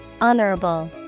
honorable